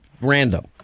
random